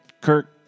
Kirk